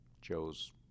Joe's